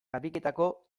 garbiketako